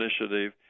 Initiative